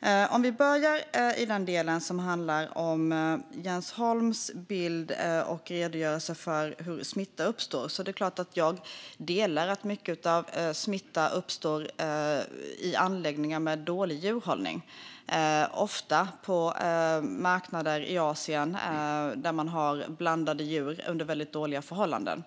Vi kan börja i den del som handlar om Jens Holms bild av och redogörelse för hur smitta uppstår. Det är klart att jag delar uppfattningen att mycket av smittan uppstår i anläggningar med dålig djurhållning, ofta på marknader i Asien, där djur är blandade och det är väldigt dåliga förhållanden.